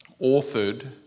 authored